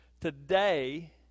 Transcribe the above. today